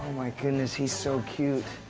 my goodness, he's so cute.